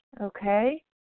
Okay